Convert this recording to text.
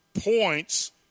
points